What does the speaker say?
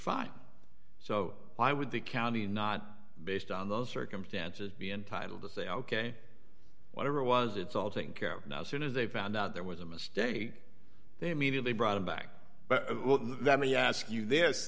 fine so why would the county not based on those circumstances be entitled to say ok whatever it was it's all taken care of now soon as they found out there was a mistake they meaning they brought him back but let me ask you this